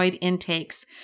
intakes